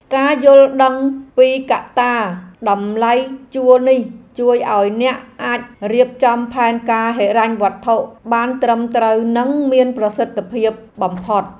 ការយល់ដឹងពីកត្តាតម្លៃជួលនេះជួយឱ្យអ្នកអាចរៀបចំផែនការហិរញ្ញវត្ថុបានត្រឹមត្រូវនិងមានប្រសិទ្ធភាពបំផុត។